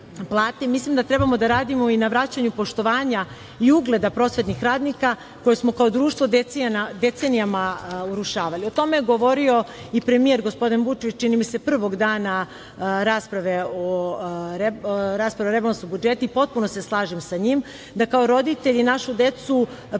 mislim da treba da radimo i na vraćanju poštovanja i ugleda prosvetnih radnika koje smo kao društvo decenijama urušavali. O tome je govorio i premijer, gospodin Vučević čini mi se prvog dana rasprave o rebalansu budžeta i potpuno se slažem sa njim da kao roditelji našu decu prvo